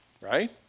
Right